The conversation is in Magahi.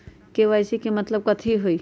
के.वाई.सी के मतलब कथी होई?